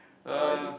uh